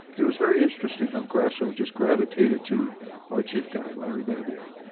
it was very interesting how grasso just gravitated to our chief guy, larry babbio,